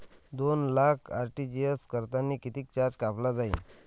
दोन लाख आर.टी.जी.एस करतांनी कितीक चार्ज कापला जाईन?